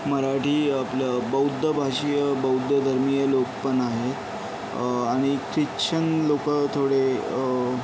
मराठी आपलं बौद्धभाषीय बौद्धधर्मीय लोक पण आहेत आणि ख्रिश्चन लोकं थोडे